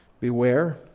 Beware